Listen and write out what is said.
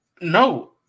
No